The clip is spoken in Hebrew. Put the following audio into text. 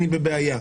אני בבעיה.